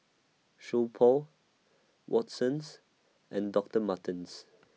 So Pho Watsons and Doctor Martens